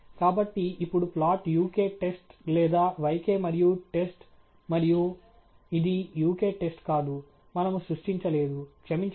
కాబట్టి ఇప్పుడు plot uk test లేదా yk మరియు టెస్ట్ మరియు ఇది uk టెస్ట్ కాదు మనము సృష్టించలేదు క్షమించండి